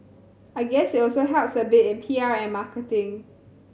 I guess it also helps a bit in P R and marketing